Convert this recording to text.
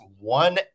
one